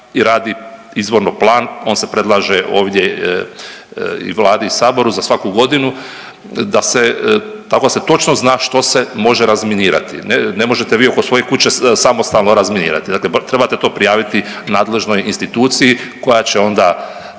i radi izvorno plan, on se predlaže ovdje i Vladi i Saboru za svaku godinu da se kako se točno zna što se može razminirati. Ne možete vi oko svoje kuće samostalnog razminirati, dakle trebate to prijaviti nadležnoj instituciji koja će onda